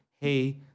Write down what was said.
hey